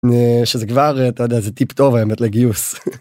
שזה כבר אתה יודע זה טיפ טוב האמת לגיוס.